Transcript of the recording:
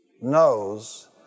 knows